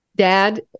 Dad